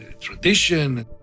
tradition